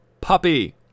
Puppy